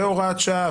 בהוראת שעה,